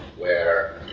where